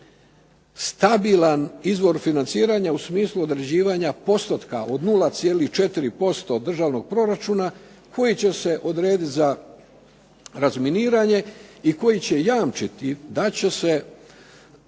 stabilan izvor financiranja u smislu određivanja postotka od 0,4% državnog proračuna koji će se odrediti za razminiranje i koji će jamčiti da će se